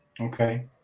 Okay